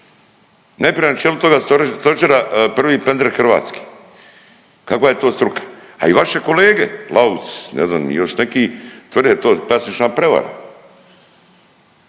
najprije na čelu toga stožera prvi pendrek Hrvatske, kakva je to struka. A i vaše kolege Laus, ne znam i još neki, tvrde to klasična prevara.